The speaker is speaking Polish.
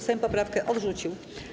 Sejm poprawkę odrzucił.